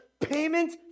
payment